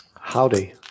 Howdy